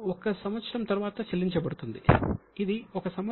1 సంవత్సరం తరువాత చెల్లించబడుతుంది